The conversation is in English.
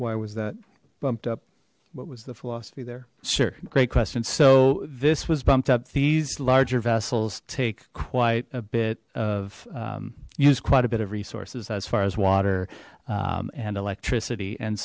why was that bumped up what was the philosophy there sure great question so this was bumped up these larger vessels take quite a bit of use quite a bit of resources as far as water and electricity and